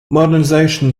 modernization